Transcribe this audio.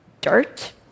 dirt